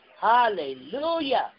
Hallelujah